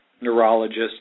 neurologists